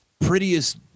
prettiest